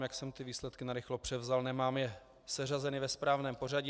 Jak jsem ty výsledky narychlo převzal, nemám je seřazeny ve správném pořadí.